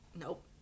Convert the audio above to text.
nope